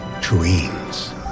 dreams